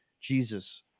Jesus